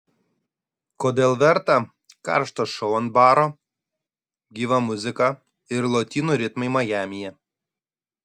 kodėl verta karštas šou ant baro gyva muzika ir lotynų ritmai majamyje